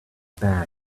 bags